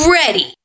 ready